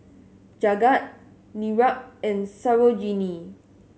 Jagat Niraj and Sarojini